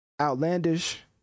outlandish